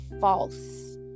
false